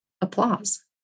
applause